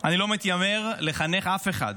אני לא מתיימר לחנך אף אחד,